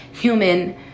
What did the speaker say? human